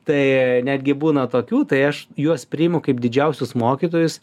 tai netgi būna tokių tai aš juos priimu kaip didžiausius mokytojus